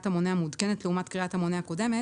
המונה המעודכנת לעומת קריאת המונה הקודמת,